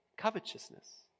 covetousness